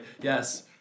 Yes